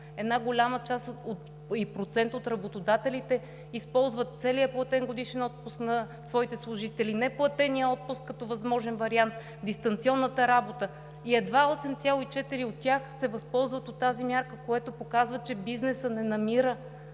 Една голяма част от работодателите използват целия платен годишен отпуск на своите служители, неплатения отпуск като възможен вариант, дистанционната работа и едва 8,4% от тях се възползват от тази мярка, което показва, че бизнесът не намира,